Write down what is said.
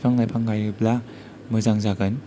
बिफां लाइफां गायोब्ला मोजां जागोन